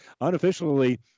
Unofficially